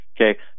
Okay